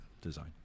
design